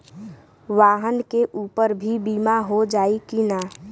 वाहन के ऊपर भी बीमा हो जाई की ना?